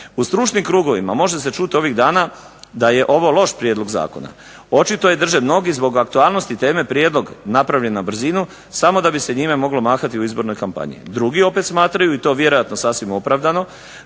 U stručnim krugovima može se čuti ovih dana da je ovo loš prijedlog zakona. Očito je, drže mnogi, zbog aktualnosti teme prijedlog napravljen na brzinu samo da bi se njime moglo mahati u izbornoj kampanji. Drugi opet smatraju i to vjerojatno sasvim opravdano